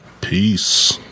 Peace